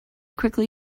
quickly